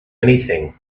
anything